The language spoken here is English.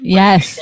yes